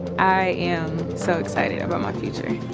i am so excited about my future.